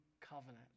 covenant